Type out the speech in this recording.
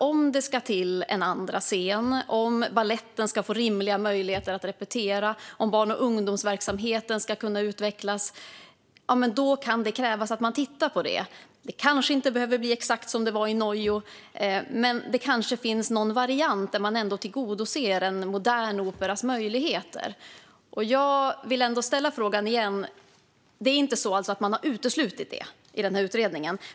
Om det ska till en andra scen, om baletten ska få rimliga möjligheter att repetera och om barn och ungdomsverksamheten ska utvecklas kan det krävas att man tittar på dessa frågor. Det behöver inte bli exakt som förslaget i NOiO, men det kanske finns en variant där man ändå tillgodoser möjligheterna att skapa en modern opera. Jag ställer min fråga igen. Utredningen har inte uteslutit detta.